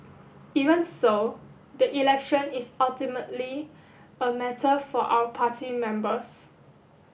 even so the election is ultimately a matter for our party members